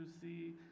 see